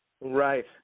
Right